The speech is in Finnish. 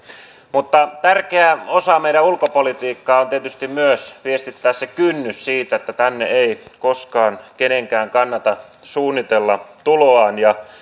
mutta tärkeä osa meidän ulkopolitiikkaa on tietysti myös viestittää se kynnys että tänne ei koskaan kenenkään kannata suunnitella tuloaan ja